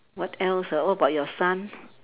what else ah what about your son